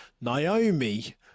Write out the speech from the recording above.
Naomi